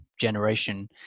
generation